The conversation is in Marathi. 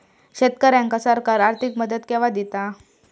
शेतकऱ्यांका सरकार आर्थिक मदत केवा दिता?